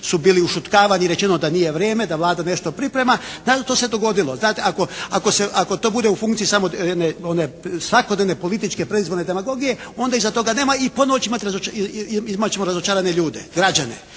su bili ušutkavani i rečeno da nije vrijeme, da Vlada nešto priprema, … dogodilo. Znate ako to bude u funkciji samo svakodnevne političke predizborne demagogije onda iza toga nema i ponovo ćemo imati razočarane ljude, građane